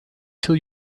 till